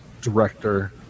director